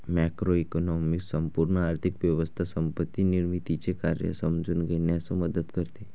macroeconomics संपूर्ण आर्थिक व्यवस्था संपत्ती निर्मितीचे कार्य समजून घेण्यास मदत करते